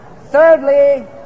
Thirdly